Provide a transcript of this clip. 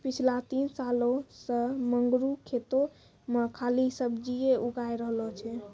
पिछला तीन सालों सॅ मंगरू खेतो मॅ खाली सब्जीए उगाय रहलो छै